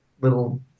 little